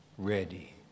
ready